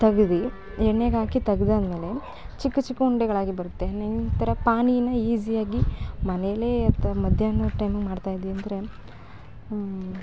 ತೆಗೆದು ಎಣ್ಣೆಗಾಕಿ ತೆಗ್ದಾದ್ಮೇಲೆ ಚಿಕ್ಕ ಚಿಕ್ಕ ಉಂಡೆಗಳಾಗಿ ಬರುತ್ತೆ ನಂತರ ಪಾನೀನ ಈಝಿಯಾಗಿ ಮನೇಲೇ ಅಥ್ವಾ ಮಧ್ಯಾಹ್ನದ್ ಟೈಮಿಗ್ ಮಾಡ್ತಾಯಿದ್ದಿ ಅಂದರೆ ಹ್ಞೂ